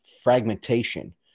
fragmentation